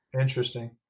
interesting